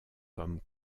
comme